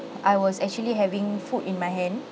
I was actually having food in my hand